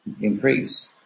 increase